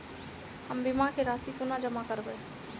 हम बीमा केँ राशि कोना जमा करबै?